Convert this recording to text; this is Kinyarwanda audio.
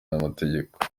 n’amategeko